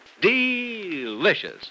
delicious